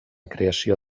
creació